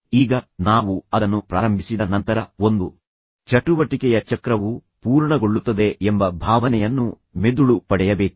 ಈಗ ನಾವು ಅದನ್ನು ಪ್ರಾರಂಭಿಸಿದ ನಂತರ ಒಂದು ಚಟುವಟಿಕೆಯ ಚಕ್ರವು ಪೂರ್ಣಗೊಳ್ಳುತ್ತದೆ ಎಂಬ ಭಾವನೆಯನ್ನು ಮೆದುಳು ಪಡೆಯಬೇಕು